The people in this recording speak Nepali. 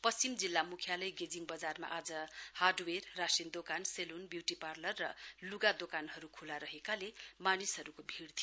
पश्चिम जिल्ला मुख्यालय गेजिङ बजारमा आज हार्डवेयर राशिन दोकान सैलुन ब्युटी पार्लर र लुगा दोकानहरू खुला रहेकाले मानिसहरूको भीड थियो